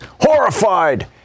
horrified